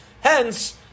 Hence